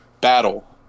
battle